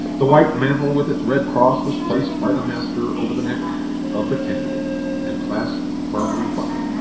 the white mantle with its red cross was placed by the master over the neck of the candidate, and clasped firmly by